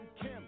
Kim